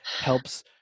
helps